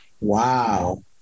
Wow